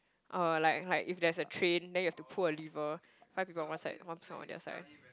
uh like like if there's a train then you have to pull a lever five people on one side one person is on the other side